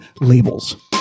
labels